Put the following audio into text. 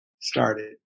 started